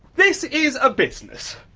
this is a business.